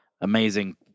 amazing